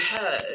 heard